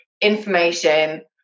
information